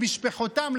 למשפחותיהם,